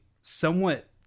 somewhat